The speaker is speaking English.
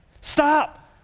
Stop